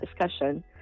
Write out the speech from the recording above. discussion